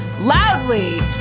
loudly